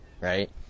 right